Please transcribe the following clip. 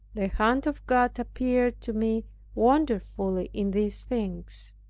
the hand of god appeared to me wonderfully in these things.